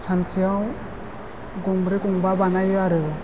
सानसेयाव गंब्रै गंबा बानायो आरो